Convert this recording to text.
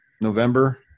November